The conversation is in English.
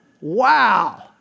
Wow